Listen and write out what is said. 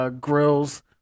grills